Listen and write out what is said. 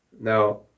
Now